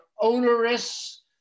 onerous